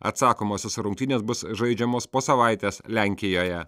atsakomosios rungtynės bus žaidžiamos po savaitės lenkijoje